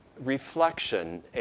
reflection